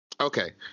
Okay